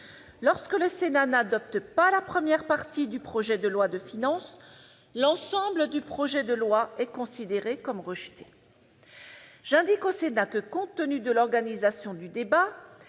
lorsque le Sénat n'adopte pas la première partie du projet de loi de finances, l'ensemble du projet de loi est considéré comme rejeté ». J'indique au Sénat que, compte tenu de l'organisation du débat